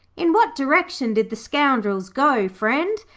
in what direction did the scoundrels go, friend,